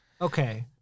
Okay